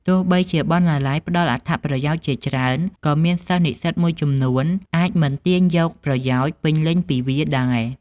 ទោះបីជាបណ្ណាល័យផ្ដល់អត្ថប្រយោជន៍ជាច្រើន ក៏មានសិស្សនិស្សិតមួយចំនួនអាចមិនទាញយកប្រយោជន៍ពេញលេញពីវាដែរ។